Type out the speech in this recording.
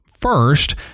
first